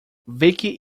vicky